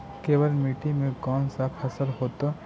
केवल मिट्टी में कौन से फसल होतै?